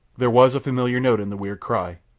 there was a familiar note in the weird cry,